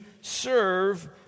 serve